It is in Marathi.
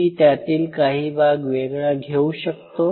मी त्यातील काही भाग वेगळा घेऊ शकतो